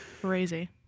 Crazy